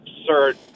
absurd